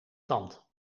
tand